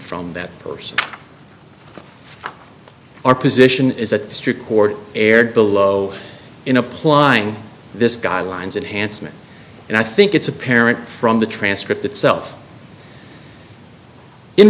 from that person our position is that strict court erred below in applying this guidelines and hanson and i think it's apparent from the transcript itself in